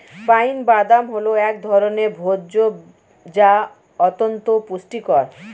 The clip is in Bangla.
পাইন বাদাম হল এক ধরনের ভোজ্য যা অত্যন্ত পুষ্টিকর